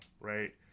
right